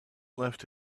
left